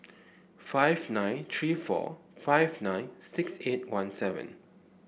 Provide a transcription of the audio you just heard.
five nine three four five nine six eight one seven